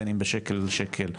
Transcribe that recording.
בין אם בשקל לשקל.